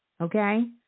Okay